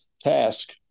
task